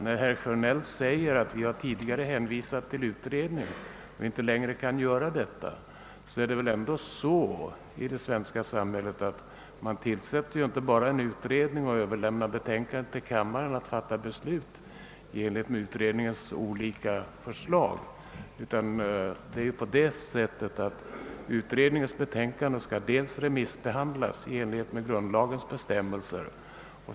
Herr Sjönell säger att vi tidigare i detta ärende hänvisat till en utredning och inte längre kan göra detta. Det är väl ändå så i det svenska samhället att man inte bara tillsätter en utredning och överlåter till riksdagen att fatta beslut i enlighet med utredningens olika förslag. Utredningens betänkande skall remissbehandlas i enlighet med grundlagens bestämmelser.